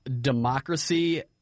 Democracy